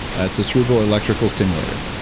it's a cerebral electrical stimulator,